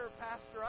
pastor